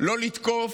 לא לתקוף,